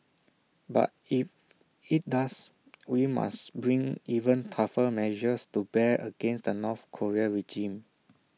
but if IT does we must bring even tougher measures to bear against the north Korean regime